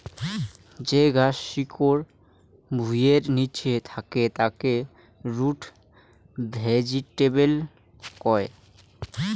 যে গছ শিকড় ভুঁইয়ের নিচে থাকে তাকে রুট ভেজিটেবল কয়